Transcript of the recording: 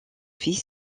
fils